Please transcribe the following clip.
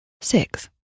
six